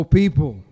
people